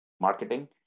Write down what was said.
marketing